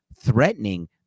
threatening